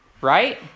Right